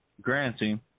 granting